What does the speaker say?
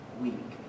week